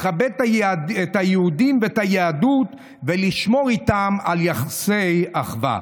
לכבד את היהודים ואת היהדות ולשמור איתם על יחסי אחווה.